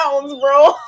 bro